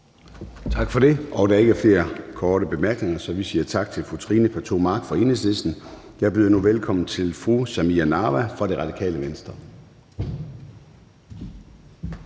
Tak for det. Der er ikke flere korte bemærkninger, så vi siger tak til fru Trine Pertou Mach fra Enhedslisten. Jeg byder nu velkommen til fru Samira Nawa fra Radikale Venstre.